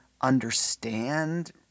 understand